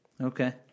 Okay